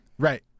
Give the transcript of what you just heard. Right